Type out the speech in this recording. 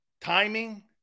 timing